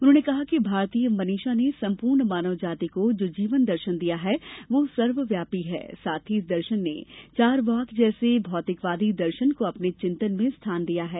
उन्होनें कहा कि भारतीय मनीषा ने संपूर्ण मानव जाति को जो जीवन दर्शन दिया है वह सर्वव्यापी है साथ ही इस दर्शन ने चारवाक़ जैसे भौतिकवादी दर्शन को अपने चिंतन में स्थान दिया है